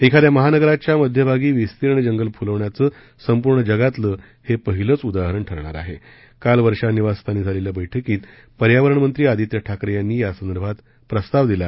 एखाद्या महानगराच्या मध्यभागी विस्तीर्ण जंगल फुलवण्याच संपूर्ण जगातलं हप्रिहिलंच उदाहरण ठरणार आहा काल वर्षा निवासस्थानी झालख्खा बैठकीत पर्यावरण मंत्री आदित्य ठाकरखिनी यासंदर्भात प्रस्ताव दिला